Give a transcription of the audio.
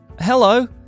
hello